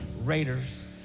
Raiders